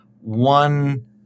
one